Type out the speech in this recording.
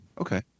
Okay